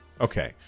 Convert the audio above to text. okay